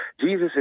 Jesus